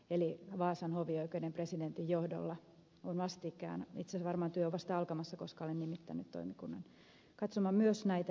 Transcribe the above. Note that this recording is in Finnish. eli vaasan hovioikeuden presidentin johdolla on vastikään tämä työ aloitettu itse asiassa varmaan työ on vasta alkamassa koska olen nimittänyt toimikunnan katsomaan myös näitä asioita joihin ed